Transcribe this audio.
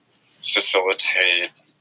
facilitate